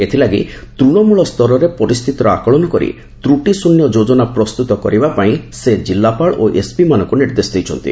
ଏଥିଲାଗି ତୃଶମୂଳ ସ୍ତରରେ ପରିସ୍ବିତିର ଆକଳନ କରି ତ୍ରଟିଶୃନ୍ୟ ଯୋଜନା ପ୍ରସ୍ଠୁତ କରିବା ପାଇଁ ସେ ଜିଲ୍ଲାପାଳ ଓ ଏସ୍ପି ମାନଙ୍ଙୁ ନିର୍ଦ୍ଦେଶ ଦେଇଛନ୍ତି